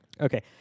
Okay